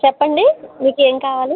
చెప్పండి మీకు ఏం కావాలి